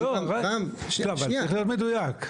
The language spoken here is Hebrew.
אבל אתה צריך להיות מדויק.